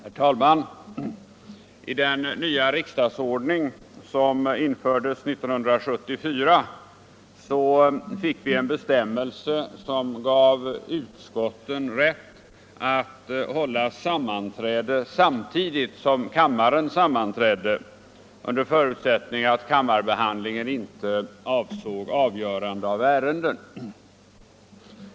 Herr talman! I den nya riksdagsordning som infördes 1974 finns en bestämmelse som ger utskotten rätt att hålla sammanträde samtidigt som kammaren sammanträder, under förutsättning att kammarbehandlingen inte avser avgörande av ärenden.